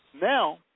Now